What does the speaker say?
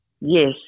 Yes